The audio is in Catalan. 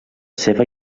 seva